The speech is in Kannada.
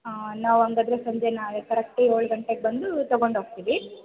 ಹಾಂ ನಾವು ಹಾಗಾದರೆ ಸಂಜೆ ನಾಳೆ ಕರೆಕ್ಟ್ ಏಳು ಗಂಟೆಗೆ ಬಂದು ತೊಗೊಂಡು ಹೋಗ್ತೀವಿ